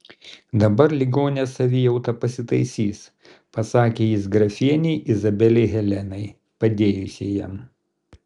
dabar ligonės savijauta pasitaisys pasakė jis grafienei izabelei helenai padėjusiai jam